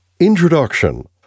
Introduction